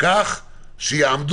כך שיעמוד